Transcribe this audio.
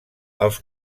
els